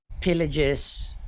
pillages